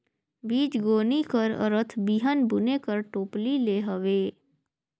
बीजगोनी कर अरथ बीहन बुने कर टोपली ले हवे